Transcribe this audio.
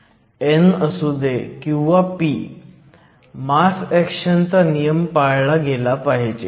n असुदे किंवा p mass action चा नियम पाळला पाहिजे